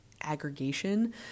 aggregation